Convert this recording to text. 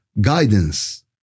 guidance